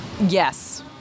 yes